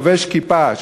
חובש כיפה,